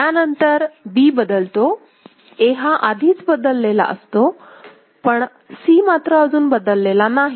त्यानंतर B बदलतोA हा आधीच बदललेला असतो पण C मात्र अजून बदललेला नाही